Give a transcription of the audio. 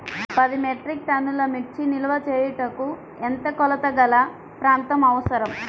పది మెట్రిక్ టన్నుల మిర్చి నిల్వ చేయుటకు ఎంత కోలతగల ప్రాంతం అవసరం?